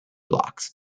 blocks